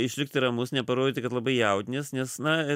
išlikti ramus neparodyti kad labai jaudinies nes na